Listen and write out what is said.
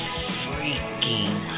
freaking